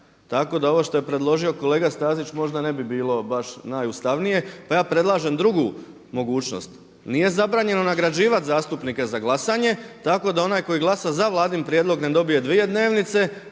Tako da ovo što je predložio kolega Stazić možda ne bi bilo baš najustavnije, pa ja predlažem drugu mogućnost. Nije zabranjeno nagrađivati zastupnike za glasanje, tako da onaj koji glasa za vladin prijedlog ne dobije dvije dnevnice,